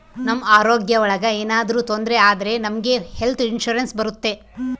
ನಮ್ ಆರೋಗ್ಯ ಒಳಗ ಏನಾದ್ರೂ ತೊಂದ್ರೆ ಆದ್ರೆ ನಮ್ಗೆ ಹೆಲ್ತ್ ಇನ್ಸೂರೆನ್ಸ್ ಬರುತ್ತೆ